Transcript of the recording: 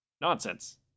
Nonsense